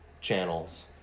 channels